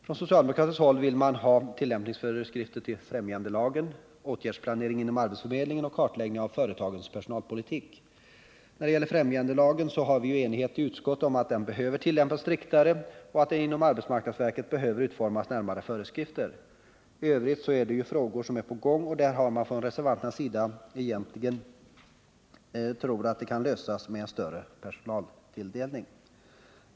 Från socialdemokratiskt håll vill man ha tillämpningsföreskrifter till främjandelagen, åtgärdsplanering inom arbetsförmedlingen och kartläggning av företagens personalpolitik. När det gäller främjandelagen var vi ju i utskottet eniga om att den behöver tillämpas striktare och att det inom arbetsmarknadsverket behöver utformas närmare föreskrifter. I övrigt är det ju frågor som redan behandlas och som reservanterna egentligen tror kan lösas med en större personaltilldelning.